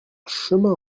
chemin